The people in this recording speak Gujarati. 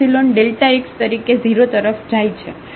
તેથી આ સમીકરણ 0 બનવું જોઈએ